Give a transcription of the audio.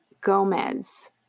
Gomez